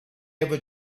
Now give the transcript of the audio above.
ever